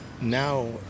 now